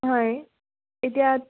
হয় এতিয়া